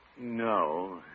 no